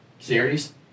series